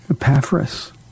Epaphras